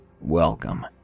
Welcome